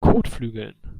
kotflügeln